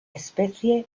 especie